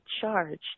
charge